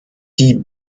die